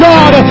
God